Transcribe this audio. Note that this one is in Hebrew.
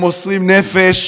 הם מוסרים נפש.